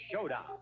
Showdown